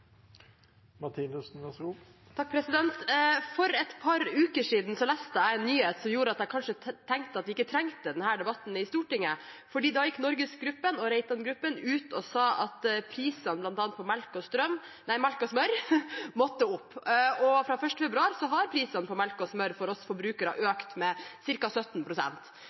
For et par uker siden leste jeg en nyhet som gjorde at jeg kanskje tenkte at vi ikke trengte denne debatten i Stortinget, for da gikk NorgesGruppen og Reitangruppen ut og sa at prisene bl.a. på melk og smør måtte opp, og fra 1. februar har prisene på melk og smør for oss forbrukere økt med